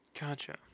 Gotcha